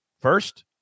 first